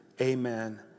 amen